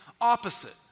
opposite